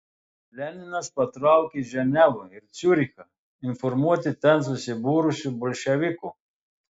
leninas patraukė į ženevą ir ciurichą informuoti ten susibūrusių bolševikų